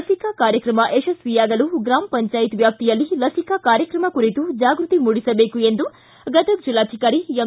ಲಸಿಕಾ ಕಾರ್ಯಕ್ರಮ ಯಶಸ್ವಿಯಾಗಲು ಗ್ರಾಮ ಪಂಚಾಯತ್ ವ್ಯಾಪ್ತಿಯಲ್ಲಿ ಲಸಿಕಾ ಕಾರ್ಯಕ್ರಮ ಕುರಿತು ಜಾಗೃತಿ ಮೂಡಿಸಬೇಕು ಎಂದು ಗದಗ್ ಜಿಲ್ಲಾಧಿಕಾರಿ ಎಂ